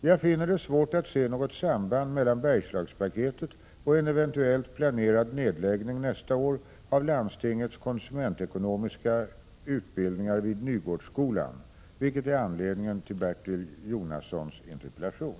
Jag finner det svårt att se något samband mellan Bergslagspaketet och en eventuellt planerad nedlägg 3 ning nästa år av landstingets konsumentekonomiska utbildningar vid Nygårdsskolan, vilket är anledningen till Bertil Jonassons interpellation.